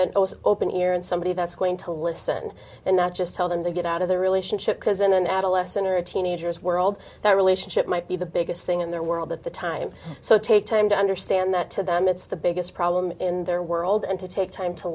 an open ear and somebody that's going to listen and not just tell them to get out of the relationship because in an adolescent or a teenager's world their relationship might be the biggest thing in their world at the time so take time to understand that to them it's the biggest problem in their world and to take time to